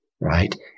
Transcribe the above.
Right